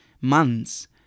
months